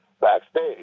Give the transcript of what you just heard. backstage